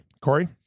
Corey